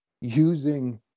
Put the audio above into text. using